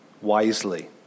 wisely